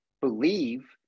believe